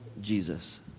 Jesus